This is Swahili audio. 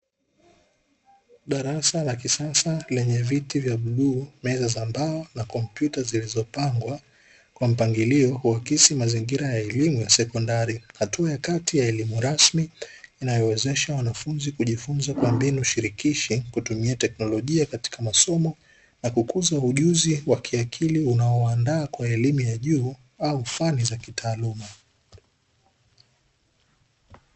Darasa la kisasa lenye viti vya bluu, meza za mbao na kompyuta zilizopangwa kwa mpangilio huakisi mazingira ya elimu ya sekondari. Hatua ya kati ya elimu rasmi inayowawezesha wanafunzi kujifunza kwa mbinu shirikishi, kutumia teknolojia katika masomo na kukuza ujuzi wa kiakili unaowaandaa kwa elimu ya juu au fani za kitaaluma.